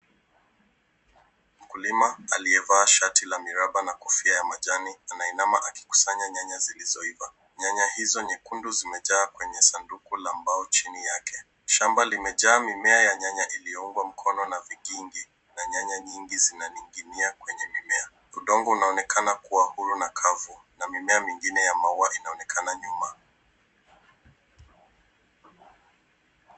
Mkulima aliyevaa shati la miraba na kofia ya majani anainama na kukusanya nyanya zilizoiva. Nyanya hizo nyekundu zimejaa kwenye sanduku la mbao chini yake. Shamba limejaa mimea ya nyanya iliyoungwa mkono na vikingi na nyanya nyingi zinaning'inia kwenye mimea. Udongo unaonekana kuwa huru na kavu na mimea mingine ya maua inaonekana nyuma.